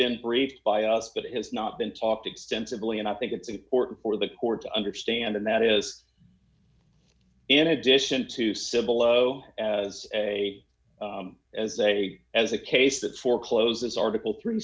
been briefed by us but it has not been talked extensively and i think it's important for the poor to understand and that is in addition to civil oh as a as a as a case that forecloses article thr